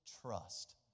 trust